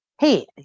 Hey